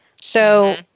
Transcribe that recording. So-